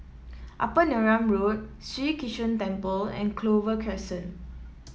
Upper Neram Road Sri Krishnan Temple and Clover Crescent